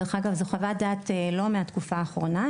דרך אגב, זו חוות דעת לא מהתקופה האחרונה.